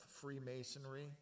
Freemasonry